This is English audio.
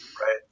right